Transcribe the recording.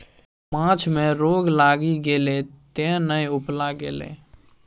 माछ मे रोग लागि गेलै तें ने उपला गेलै